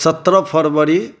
सत्रह फरवरी